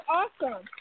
awesome